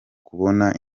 kubona